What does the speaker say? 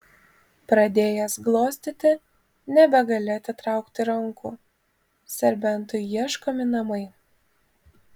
pradėjęs glostyti nebegali atitraukti rankų serbentui ieškomi namai